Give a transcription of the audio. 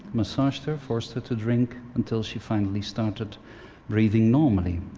massaged her, forced her to drink until she finally started breathing normally.